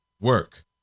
work